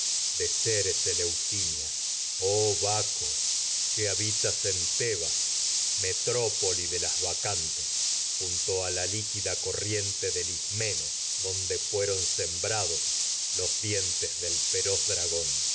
de ceres eleusinia oh baco que habitas en tebas metrópoli de las bacantes junto a la liquida corriente del ismeno donde fueron sembrados los dientes del feroz dragón